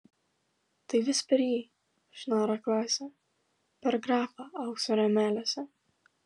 tai vis per jį šnara klasė per grafą aukso rėmeliuose